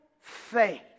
faith